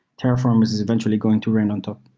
terraform is is eventually going to reign on top.